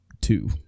two